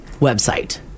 website